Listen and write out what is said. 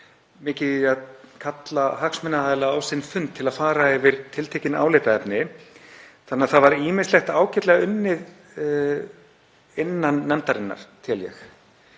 í því að kalla hagsmunaaðila á sinn fund til að fara yfir tiltekin álitaefni þannig að það var ýmislegt ágætlega unnið innan nefndarinnar, tel ég.